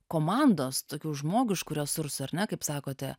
komandos tokių žmogiškų resursų ar ne kaip sakote